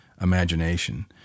imagination